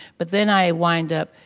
but then i wind up,